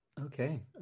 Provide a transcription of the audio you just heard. Okay